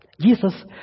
Jesus